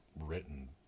written